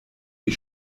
die